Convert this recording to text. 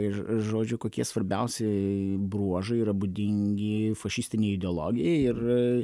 ž žodžiu kokie svarbiausi bruožai yra būdingi fašistinei ideologijai ir